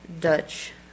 Dutch